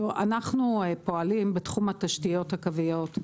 אנחנו פועלים בתחום התשתיות הקוויות,